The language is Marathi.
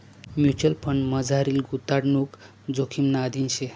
म्युच्युअल फंडमझारली गुताडणूक जोखिमना अधीन शे